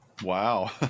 Wow